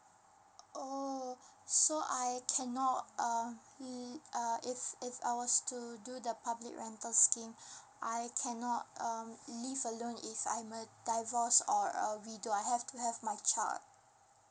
oh okay so I cannot um l~ uh if if I was to do the public rental scheme I cannot um live alone if I'm a divorce or a widow I have to have my child